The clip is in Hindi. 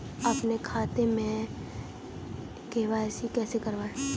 अपने खाते में के.वाई.सी कैसे कराएँ?